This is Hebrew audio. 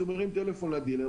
הוא מרים טלפון לדילר,